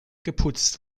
geputzt